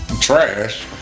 trash